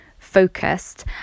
focused